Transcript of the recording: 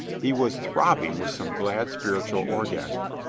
he was throbbing with some glad spir itual orgasm.